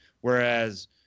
Whereas